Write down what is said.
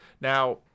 now